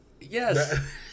Yes